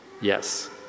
Yes